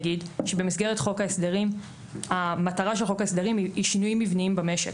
המטרה של חוק ההסדרים היא עריכת שינויים מבניים במשק.